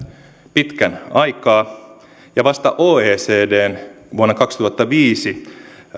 pitkän aikaa ja vasta oecdn vuonna kaksituhattaviisi